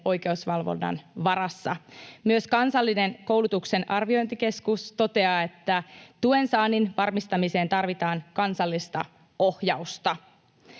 oikeusvalvonnan varassa. Myös Kansallinen koulutuksen arviointikeskus toteaa, että tuen saannin varmistamiseen tarvitaan kansallista ohjausta.